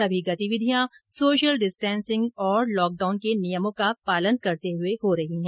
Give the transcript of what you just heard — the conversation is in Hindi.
सभी गतिविधियां सोशल डिस्टेंसिंग और लॉकडाउन के नियमों का पालन करते हुए हो रही है